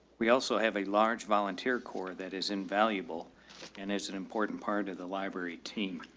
we also have a large volunteer corps that is invaluable and it's an important part of the library team.